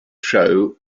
show